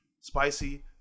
spicy